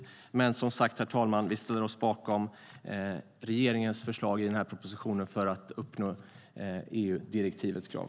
För att uppnå EU-direktivets krav ställer vi oss dock som sagt bakom regeringens förslag i propositionen, herr talman.